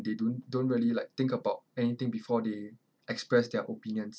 they don't don't really like think about anything before they express their opinions